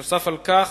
נוסף על כך,